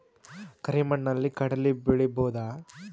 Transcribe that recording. ಕರಿ ಮಣ್ಣಲಿ ಕಡಲಿ ಬೆಳಿ ಬೋದ?